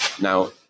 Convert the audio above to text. Now